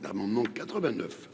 d'amendement 89.